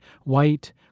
white